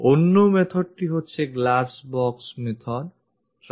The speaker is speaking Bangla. অপর methodটি হচ্ছে glassbox method